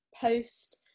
post